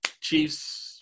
Chiefs